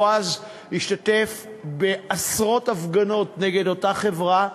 בועז השתתף בעשרות הפגנות נגד אותה חברה,